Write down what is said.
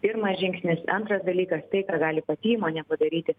pirmas žingsnis antras dalykas tai ką gali pati įmonė padaryti